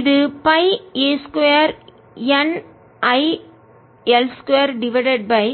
இது π a 2 N I L 2 divided by